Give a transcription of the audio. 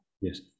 Yes